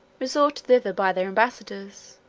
resorted thither by their ambassadors